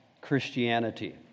Christianity